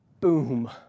boom